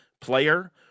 player